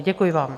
Děkuji vám.